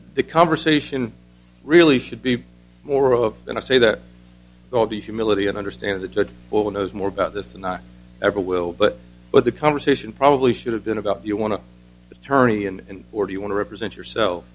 the conversation really should be more of that i say that all the humility and understand the judge well knows more about this than i ever will but but the conversation probably should have been about you want to attorney and or do you want to represent yourself